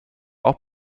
auch